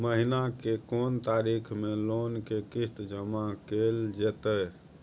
महीना के कोन तारीख मे लोन के किस्त जमा कैल जेतै?